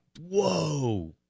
whoa